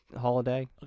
holiday